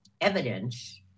evidence